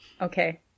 okay